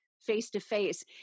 face-to-face